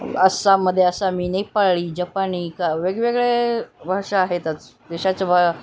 आसाममध्ये आसामी नेपाळी जपानी का वेगवेगळे भाषा आहेतच देशाच्या भा